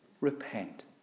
repent